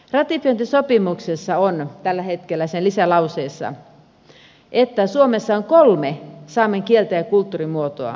ratifiointisopimuksessa sen lisälauseessa on tällä hetkellä niin että suomessa on kolme saamen kieltä ja kulttuurimuotoa